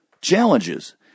challenges